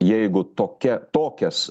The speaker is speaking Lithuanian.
jeigu tokia tokias